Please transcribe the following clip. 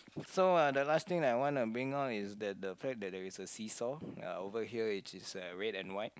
so uh the last thing that I wanna bring out is that the fact that there's a sea saw over here which is red and white